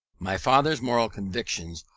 my father's moral convictions,